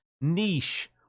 niche